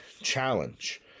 challenge